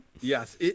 Yes